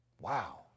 Wow